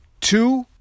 Two